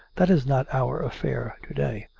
that is not our affair to-day.